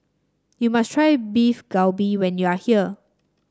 you must try Beef Galbi when you are here